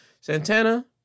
Santana